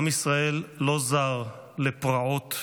לעם ישראל לא זרים פרעות,